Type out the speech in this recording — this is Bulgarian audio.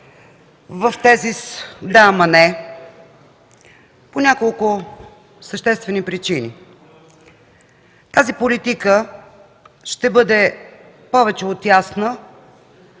в тезис: „Да, ама не” по няколко съществени причини. Политиката ще бъде повече от ясна